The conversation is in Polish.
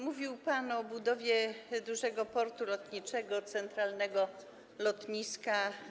Mówił pan o budowie dużego portu lotniczego, centralnego lotniska.